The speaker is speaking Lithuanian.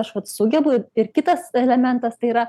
aš vat sugebu ir kitas elementas tai yra